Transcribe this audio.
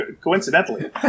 coincidentally